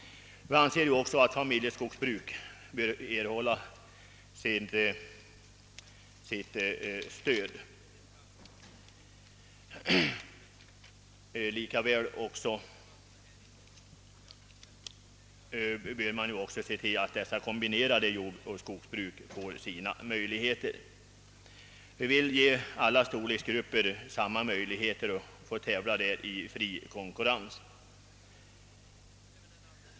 Vi anser också att familjeskogsbruket bör erhålla stöd. Man bör också se till att de kombinerade jordoch skogsbruken får bättre möjligheter. Vi vill ge alla storleksgrupper samma möjlighet att tävla i fri konkurrens.